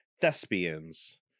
Thespians